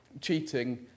cheating